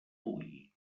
pugui